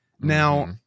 Now